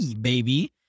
baby